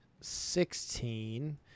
sixteen